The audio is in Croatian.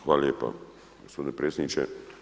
Hvala lijepa gospodine predsjedniče.